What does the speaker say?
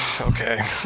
okay